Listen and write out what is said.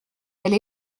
elle